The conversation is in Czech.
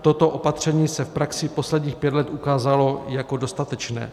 Toto opatření se v praxi posledních pět let ukázalo jako dostatečné.